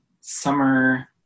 summer